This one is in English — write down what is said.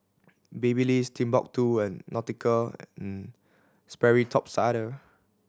Babyliss Timbuk Two and Nautica and Sperry Top Sider